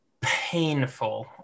painful